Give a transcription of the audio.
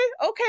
okay